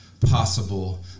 possible